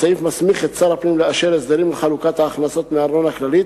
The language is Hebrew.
הסעיף מסמיך את שר הפנים לאשר הסדרים לחלוקת הכנסות מארנונה כללית,